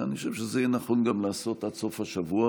ואני חושב שזה יהיה נכון גם לעשות עד סוף השבוע.